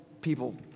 people